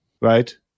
Right